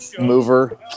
mover